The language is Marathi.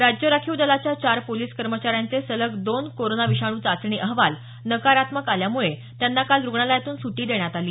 राज्य राखीव दलाच्या चार पोलीस कर्मचाऱ्यांचे सलग दोन कोरोना विषाणू चाचणी अहवाल नकारात्मक आल्यामुळे त्यांना काल रुग्णालयातून सुटी देण्यात आली